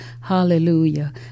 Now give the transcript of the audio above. Hallelujah